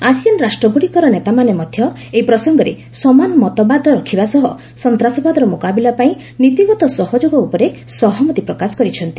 ASEAN ରାଷ୍ଟ୍ରଗୁଡିକର ନେତାମାନେ ମଧ୍ୟ ଏହି ପ୍ରସଙ୍ଗରେ ସମାନ ମତବାଦ ରଖିବା ସହ ସନ୍ତାସବାଦର ମୁକାବିଲା ପାଇଁ ନୀତିଗତ ସହଯୋଗ ଉପରେ ସହମତି ପ୍ରକାଶ କରିଛନ୍ତି